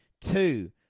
Two